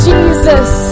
Jesus